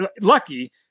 lucky